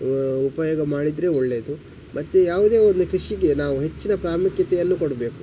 ಉಪಯೋಗ ಮಾಡಿದರೆ ಒಳ್ಳೇದು ಮತ್ತೆ ಯಾವುದೆ ಒಂದು ಕೃಷಿಗೆ ನಾವು ಹೆಚ್ಚಿನ ಪ್ರಾಮುಖ್ಯತೆಯನ್ನು ಕೊಡಬೇಕು